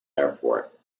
airport